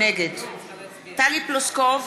נגד טלי פלוסקוב,